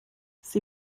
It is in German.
sie